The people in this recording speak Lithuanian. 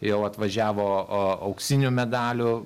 jau atvažiavo a auksinių medalių